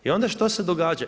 I onda što se događa?